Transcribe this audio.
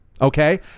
Okay